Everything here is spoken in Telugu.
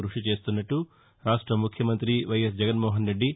కృషి చేస్తున్నట్ల రాష్ట ముఖ్యమంత్రి వైఎస్ జగన్మోహన్ రెడ్డి